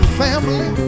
family